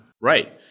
Right